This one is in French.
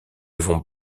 vont